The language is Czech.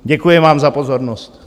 Děkuji vám za pozornost.